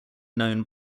known